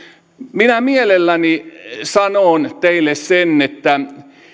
minä mielelläni sanon teille sen että